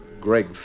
Greg